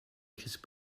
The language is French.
crise